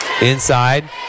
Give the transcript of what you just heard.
inside